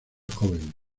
joven